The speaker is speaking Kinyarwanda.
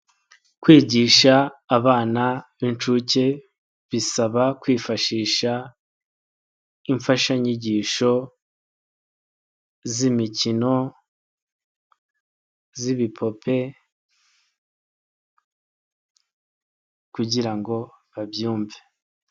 Kwigisha abana b'inshuke, bisaba kwifashisha imfashanyigisho z'imikino, z'ibipupe, kugira babyumve.